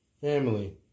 family